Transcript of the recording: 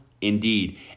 indeed